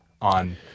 on